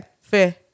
Fair